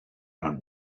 not